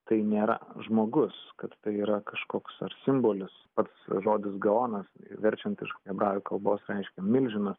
tai nėra žmogus kad tai yra kažkoks ar simbolis pats žodis gonas verčiant iš hebrajų kalbos reiškia milžinas